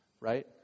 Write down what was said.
Right